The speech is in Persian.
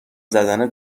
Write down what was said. زدم